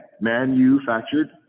manufactured